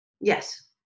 Yes